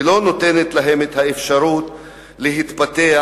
ולא נותנת להם את האפשרות להתפתח,